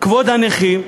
כבוד הנכים,